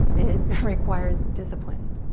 it requires discipline,